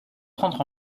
prendre